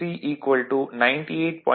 5 0